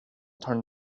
turn